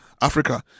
Africa